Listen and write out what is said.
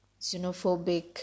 Xenophobic